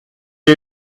est